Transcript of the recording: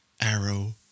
Arrow